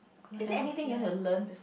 is there anything you want to learn